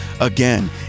again